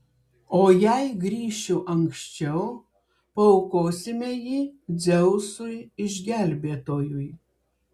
o jei grįšiu anksčiau paaukosime jį dzeusui išgelbėtojui